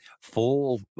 full